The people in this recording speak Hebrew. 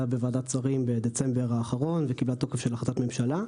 בוועדת שרים בדצמבר האחרון וקיבלה תוקף של החלטת ממשלה.